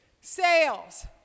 sales